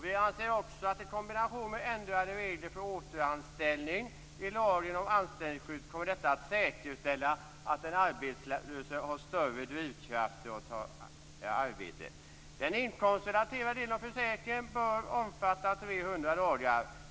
Vi anser också att i kombination med ändrade regler för återanställning i lagen om anställningsskydd kommer detta att säkerställa att den arbetslöse har starka drivkrafter att ta arbete. Den inkomstrelaterade delen av försäkringen bör omfatta 300 dagar.